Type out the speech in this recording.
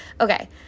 okay